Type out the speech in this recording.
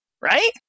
Right